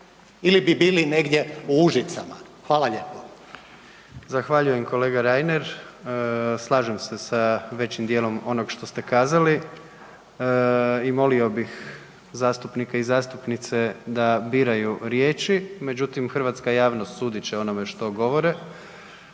ili bi bili negdje u Užicama. Hvala lijepo. **Jandroković, Gordan (HDZ)** Zahvaljujem kolega Reiner, slažem se sa većim djelom onog što ste kazali i molio bih zastupnike i zastupnice da biraju riječi, međutim hrvatska javnost sudit će o onome što govore.